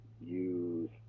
use